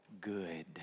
good